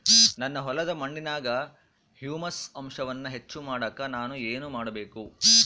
ನನ್ನ ಹೊಲದ ಮಣ್ಣಿನಾಗ ಹ್ಯೂಮಸ್ ಅಂಶವನ್ನ ಹೆಚ್ಚು ಮಾಡಾಕ ನಾನು ಏನು ಮಾಡಬೇಕು?